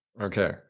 Okay